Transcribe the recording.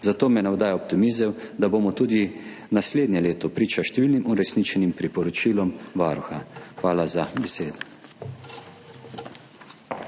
zato me navdaja optimizem, da bomo tudi naslednje leto priča številnim uresničenim priporočilom Varuha. Hvala za besedo.